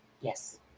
Yes